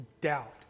doubt